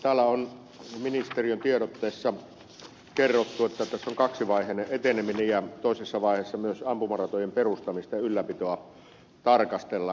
täällä on ministeriön tiedotteessa kerrottu että tässä on kaksivaiheinen eteneminen ja toisessa vaiheessa myös ampumaratojen perustamista ja ylläpitoa tarkastellaan